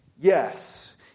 Yes